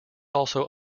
also